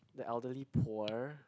the elderly poor